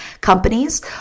companies